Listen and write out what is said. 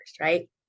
right